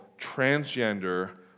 transgender